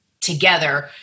together